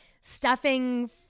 stuffing